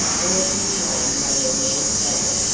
and every time they were more sad,